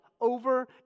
over